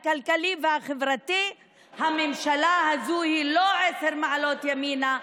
הכלכלי והחברתי הממשלה הזו היא לא עשר מעלות ימינה,